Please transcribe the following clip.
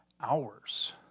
hours